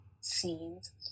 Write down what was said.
scenes